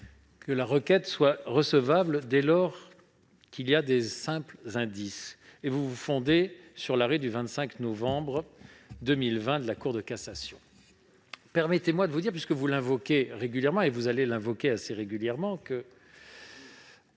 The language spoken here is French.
que la requête soit recevable dès lors qu'il y a de simples indices, en vous fondant sur l'arrêt du 25 novembre 2020 de la Cour de cassation. Permettez-moi de vous dire, puisque vous l'invoquez régulièrement et que vous allez le faire encore,